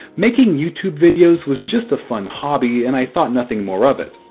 making youtube videos was just a fun hobby, and i thought nothing more of it.